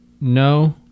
no